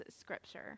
scripture